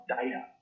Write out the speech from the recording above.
data